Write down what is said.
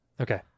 Okay